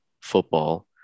football